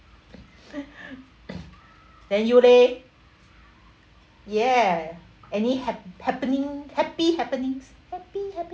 then you leh ya any hap~ happening happy happenings happy happenings